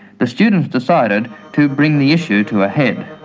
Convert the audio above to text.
the students decided to bring the issue to a head.